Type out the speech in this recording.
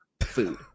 food